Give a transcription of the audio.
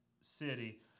city